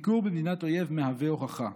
ביקור במדינת אויב מהווה הוכחה.